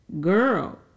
girl